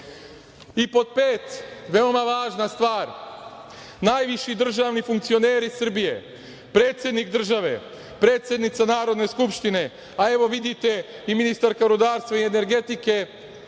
pet, veoma važna stvar, najviši državni funkcioneri Srbije, predsednik države, predsednica Narodne skupštine, a evo, vidite, i ministarka rudarstva i energetike,